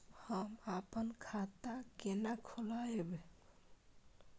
हम अपन खाता केना खोलैब?